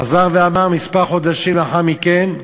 חזר ואמר כמה חודשים לאחר מכן,